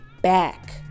back